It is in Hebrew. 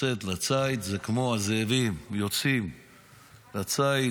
יוצאת לציד זה כמו הזאבים שיוצאים לציד,